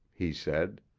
he said.